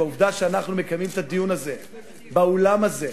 והעובדה שאנחנו מקיימים את הדיון הזה באולם הזה,